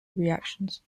reactions